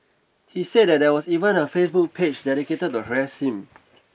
he said that there was even a Facebook page dedicated to harass him